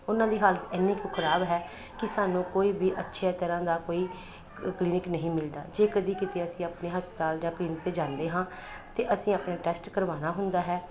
ਉਹਨਾਂ ਦੀ ਹਾਲਤ ਇੰਨੀ ਕੁ ਖਰਾਬ ਹੈ ਕਿ ਸਾਨੂੰ ਕੋਈ ਵੀ ਅੱਛੀਆਂ ਤਰ੍ਹਾਂ ਦਾ ਕੋਈ ਕਲੀਨਿਕ ਨਹੀਂ ਮਿਲਦਾ ਜੇ ਕਦੇ ਕਿਤੇ ਅਸੀਂ ਆਪਣੇ ਹਸਪਤਾਲ ਜਾਂ ਪਿੰਡ ਤਾਂ ਜਾਂਦੇ ਹਾਂ ਅਤੇ ਅਸੀਂ ਆਪਣੇ ਟੈਸਟ ਕਰਵਾਉਣਾ ਹੁੰਦਾ ਹੈ